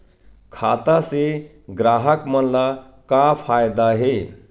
खाता से ग्राहक मन ला का फ़ायदा हे?